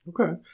okay